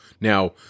Now